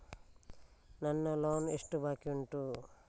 ನನ್ನ ಲೋನ್ ಎಷ್ಟು ಬಾಕಿ ಉಂಟು?